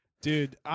Dude